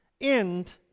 end